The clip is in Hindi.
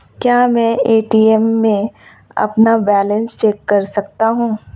क्या मैं ए.टी.एम में अपना बैलेंस चेक कर सकता हूँ?